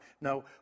No